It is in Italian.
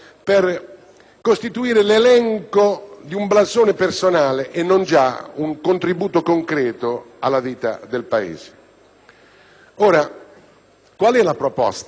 costituire l'elenco di un blasone personale e non già un contributo concreto alla vita del Paese. Qual è la proposta?